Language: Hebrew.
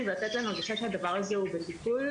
ולתת להן הרגשה שהדבר הזה הוא בטיפול.